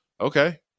okay